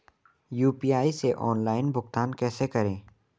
UPI से online भुगतान कैसे करें?